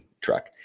truck